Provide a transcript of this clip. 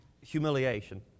humiliation